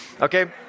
okay